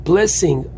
Blessing